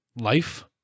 life